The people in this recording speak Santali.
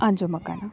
ᱟᱡᱚᱢ ᱟᱠᱟᱱᱟ